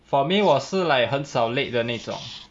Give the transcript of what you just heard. for me 我是 like 很少 late 的那种